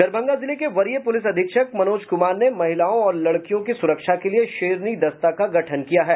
दरभंगा जिले के वरीय पूलिस अधीक्षक मनोज कुमार ने महिलाओं ओर लड़कियों की सुरक्षा के लिए शेरनी दस्ता का गठन किया है